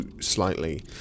slightly